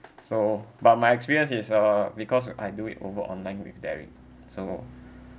so but my experience is uh because I do it over online with derek so